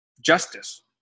justice